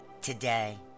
today